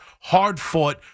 hard-fought